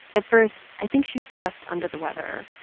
at first, i think she's just under the weather.